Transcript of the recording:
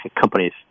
companies